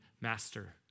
master